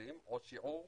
אחוזים או שיעור